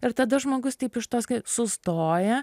ir tada žmogus taip iš tos sustoja